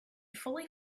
fully